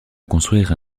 construire